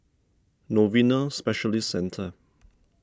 Novena Specialist Centre